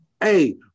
Hey